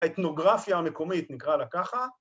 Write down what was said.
‫האתנוגרפיה המקומית נקרא לה ככה.